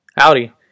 Howdy